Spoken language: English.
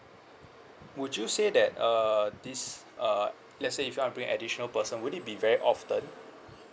would you say that uh this uh let's say if you want to bring additional person would it be very often